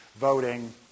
voting